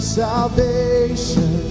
salvation